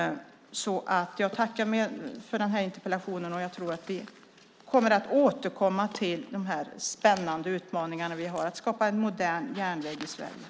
Jag tackar för den här interpellationen. Jag tror att vi kommer att återkomma till de här spännande utmaningarna, att skapa en modern järnväg i Sverige.